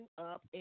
up